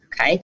Okay